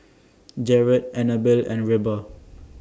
Jarret Annabell and Reba